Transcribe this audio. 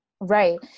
Right